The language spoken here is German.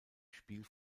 spiel